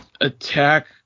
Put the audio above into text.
attack